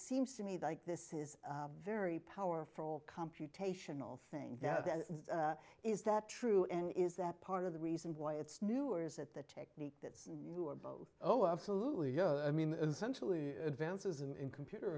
seems to me that this is a very powerful computational thing is that true and is that part of the reason why it's new or is it the technique that you were both oh absolutely yeah i mean essentially advances in computer